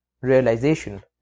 realization